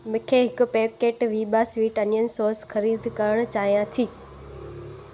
मूंखे हिकु packet Veeba sweet onion sauce ख़रीद करणु चाहियां थी